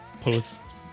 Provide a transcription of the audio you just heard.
post